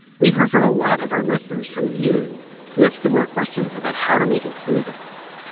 we've heard from a lot of our listeners, from you who have similar questions about how to make it through this